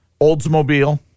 oldsmobile